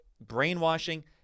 brainwashing